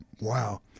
Wow